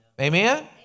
Amen